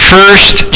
First